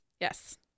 Yes